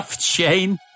Shane